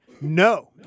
No